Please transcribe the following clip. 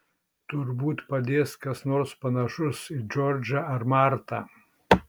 turbūt padės kas nors panašus į džordžą ar martą